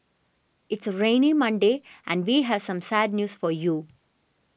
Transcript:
it's a rainy Monday and we have some sad news for you